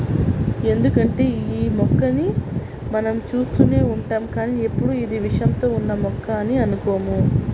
ఎందుకంటే యీ మొక్కని మనం చూస్తూనే ఉంటాం కానీ ఎప్పుడూ ఇది విషంతో ఉన్న మొక్క అని అనుకోము